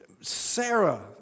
Sarah